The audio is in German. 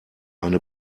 eine